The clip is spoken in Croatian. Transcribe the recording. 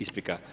Isprika.